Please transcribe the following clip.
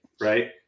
right